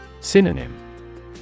Synonym